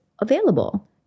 available